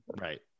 Right